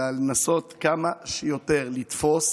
אלא לנסות כמה שיותר לתפוס,